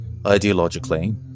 ideologically